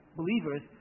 believers